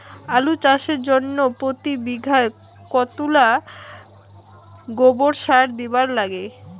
আলু চাষের জইন্যে প্রতি বিঘায় কতোলা গোবর সার দিবার লাগে?